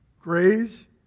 graze